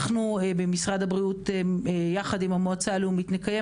במשרד הבריאות יחד עם המועצה הלאומית נקיים